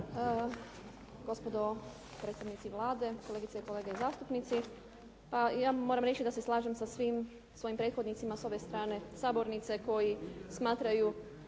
Hvala